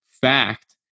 fact